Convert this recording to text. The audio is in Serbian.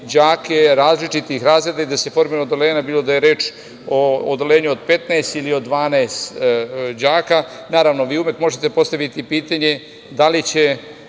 đake različitih razreda i da se formira odeljenje, bilo da je reč o odeljenju od 15 ili od 12 đaka. Naravno, vi uvek možete postaviti pitanje – da li će